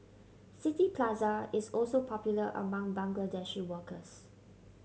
City Plaza is also popular among Bangladeshi workers